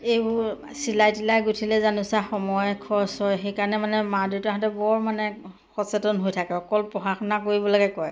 এইবোৰ চিলাই তিলাই গুঠিলে জানোচা সময় খৰচ হয় সেইকাৰণে মানে মা দেউতাহঁতে বৰ মানে সচেতন হৈ থাকে অকল পঢ়া শুনা কৰিব লাগে কয়